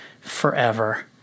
forever